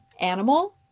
animal